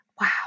wow